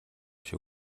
шиг